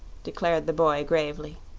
declared the boy, gravely.